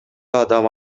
адам